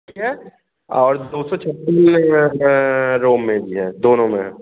ठीक है और दो सौ छप्पन जी बी रोम में भी दोनों में है